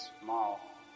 small